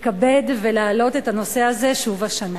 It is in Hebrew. על שאפשרת לי להתכבד ולהעלות את הנושא הזה שוב השנה.